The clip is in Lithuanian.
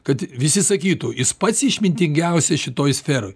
kad visi sakytų jis pats išmintingiausia šitoj sferoj